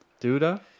duda